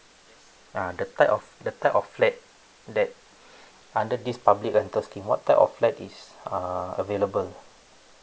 ah that type of that type of flat that under this public rental scheme what type of flat is uh available